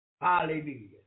Hallelujah